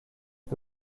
the